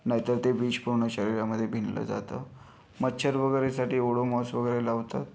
नाही तर ते विष पूर्ण शरीरामध्ये भिनलं जातं मच्छर वगैरेसाठी ओडोमॉस वगैरे लावतात